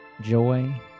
joy